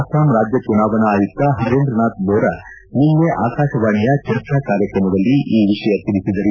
ಅಸ್ಸಾಂ ರಾಜ್ಯ ಚುನಾವಣಾ ಆಯುಕ್ತ ಪರೇಂದ್ರನಾಥ್ ಬೋರಾ ನಿನ್ನೆ ಆಕಾಶವಾಣಿಯ ಚರ್ಚಾ ಕಾರ್ಯಕ್ರಮದಲ್ಲಿ ಈ ವಿಷಯ ತಿಳಿಸಿದರು